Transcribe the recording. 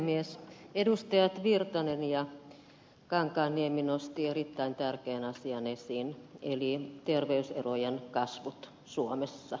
edustajat virtanen ja kankaanniemi nostivat erittäin tärkeän asian esiin eli terveyserojen kasvun suomessa